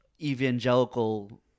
evangelical